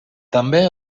també